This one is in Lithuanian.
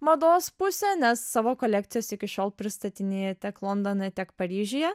mados pusę nes savo kolekcijas iki šiol pristatinėja tiek londone tiek paryžiuje